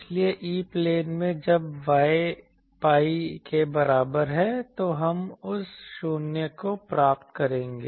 इसलिए E plane में जब y pi के बराबर है तो हम उस शून्य को प्राप्त करेंगे